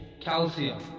Calcium